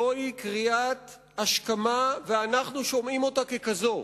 זוהי קריאת השכמה, ואנחנו שומעים אותה ככזאת.